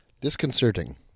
disconcerting